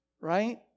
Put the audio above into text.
right